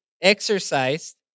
exercised